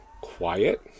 quiet